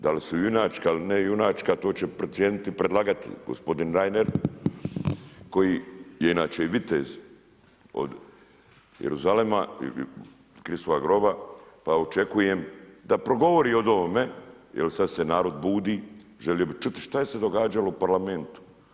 Da li su junačka ili ne junačka to će procijeniti predlagatelj, gospodin Reiner koji je inače i vitez od Jeruzalema, Kristova groba, pa očekujem da progovori o ovome, jel sad se narod budi i želi bi čuti što se događalo u parlamentu.